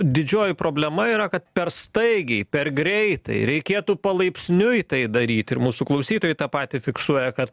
didžioji problema yra kad per staigiai per greitai reikėtų palaipsniui tai daryti ir mūsų klausytojai tą patį fiksuoja kad